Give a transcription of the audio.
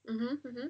mmhmm mmhmm